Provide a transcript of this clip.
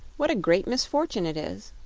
what a great misfortune it is!